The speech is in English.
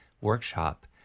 workshop